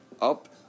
up